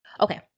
Okay